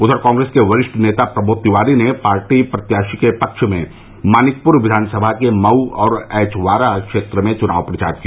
उधर कांग्रेस के वरिष्ठ नेता प्रमोद तिवारी ने पार्टी प्रत्याशी के पक्ष में मानिकपुर विधानसभा के मऊ और ऐचवारा क्षेत्र में चुनाव प्रचार किया